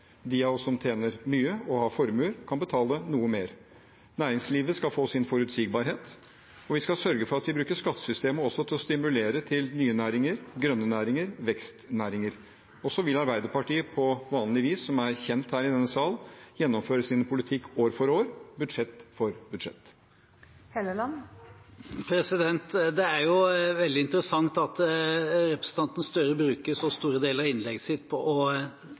De av oss som tjener mye og har formuer, kan betale noe mer. Næringslivet skal få sin forutsigbarhet, og vi skal sørge for at vi bruker skattesystemet også til å stimulere til nye næringer, grønne næringer, vekstnæringer. Og så vil Arbeiderpartiet på vanlig vis, som er kjent her i denne sal, gjennomføre sin politikk år for år, budsjett for budsjett. Det er jo veldig interessant at representanten Gahr Støre bruker så store deler av innlegget sitt